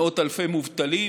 מאות אלפי מובטלים.